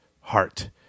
heart